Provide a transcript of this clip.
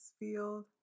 field